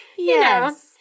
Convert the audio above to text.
Yes